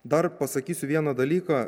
dar pasakysiu vieną dalyką